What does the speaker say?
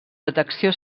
detecció